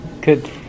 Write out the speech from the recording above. Good